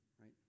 right